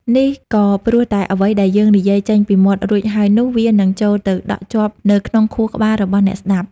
នេះក៏ព្រោះតែអ្វីដែលយើងនិយាយចេញពីមាត់រួចហើយនោះ វានឹងចូលទៅដក់ជាប់នៅក្នុងខួរក្បាលរបស់អ្នកស្តាប់។